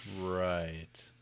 Right